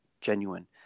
genuine